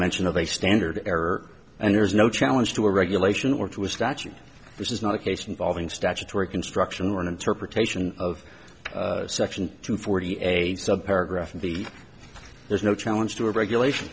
mention of a standard error and there's no challenge to a regulation or to a statute which is not a case involving statutory construction or an interpretation of section two forty eight sub paragraph b there's no challenge to a regulation